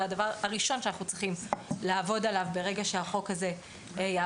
הדבר הראשון שאנחנו צריכים לעבוד עליו ברגע שהחוק הזה יעבור.